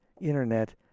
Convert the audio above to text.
internet